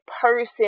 person